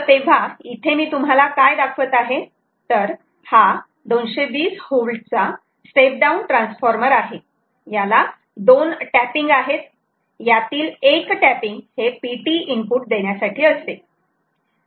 तेव्हा इथे मी तुम्हाला काय दाखवत आहे तर हा 220V चा स्टेप डाऊन ट्रान्सफॉर्मर आहे याला दोन टॅपिंग आहेत यातील एक टॅपिंग हे PT इनपुट देण्यासाठी असते